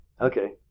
Okay